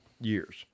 years